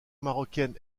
marocaine